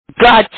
God